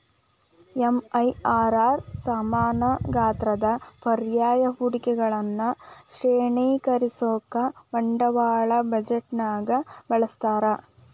MIRR ಸಮಾನ ಗಾತ್ರದ ಪರ್ಯಾಯ ಹೂಡಿಕೆಗಳನ್ನ ಶ್ರೇಣೇಕರಿಸೋಕಾ ಬಂಡವಾಳ ಬಜೆಟ್ನ್ಯಾಗ ಬಳಸ್ತಾರ